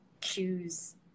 choose